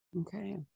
okay